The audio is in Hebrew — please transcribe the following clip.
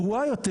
גרועה יותר,